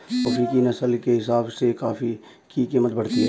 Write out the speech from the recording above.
coffee की नस्ल के हिसाब से कॉफी की कीमत बढ़ती है